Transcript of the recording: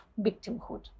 victimhood